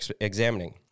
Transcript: examining